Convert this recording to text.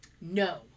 no